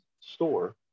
store